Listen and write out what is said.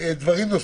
דברים.